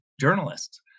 journalists